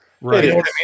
Right